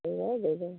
ସେଇଟା ଦେଇ ଦେବ